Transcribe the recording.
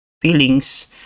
feelings